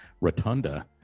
rotunda